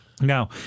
Now